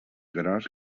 gros